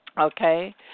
Okay